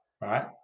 right